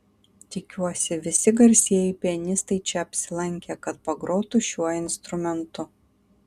tikiuosi visi garsieji pianistai čia apsilankė kad pagrotų šiuo instrumentu